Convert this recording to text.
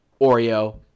oreo